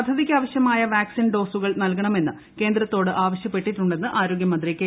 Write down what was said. പദ്ധതിയ്ക്കാപ്പ്ശ്ച്ചമായ vaccine ഡോസുകൾ നൽകണമെന്ന് കേന്ദ്രത്തോട് ആവീശ്യപ്പെട്ടിട്ടുണ്ടെന്ന് ആരോഗ്യമന്ത്രി കെ